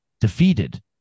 defeated